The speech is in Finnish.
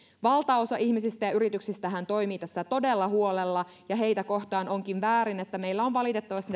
valtaosa ihmisistä ja yrityksistähän toimii tässä todella huolella ja heitä kohtaan onkin väärin että meillä on valitettavasti